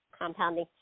compounding